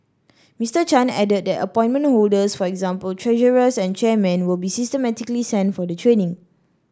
Mister Chan added that appointment holders for example treasurers and chairmen will be systematically sent for the training